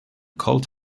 cult